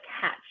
catch